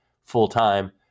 full-time